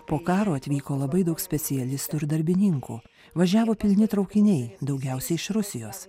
po karo atvyko labai daug specialistų ir darbininkų važiavo pilni traukiniai daugiausiai iš rusijos